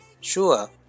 Sure